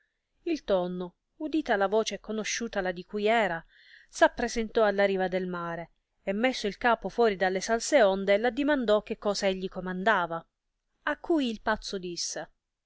il tonno udita la voce e conosciutala di cui era s'appresentò alla riva del mare e messo il capo fuori delle salse onde t addimandò che cosa egli comandava a cui il pazzo disse